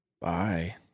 bye